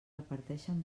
reparteixen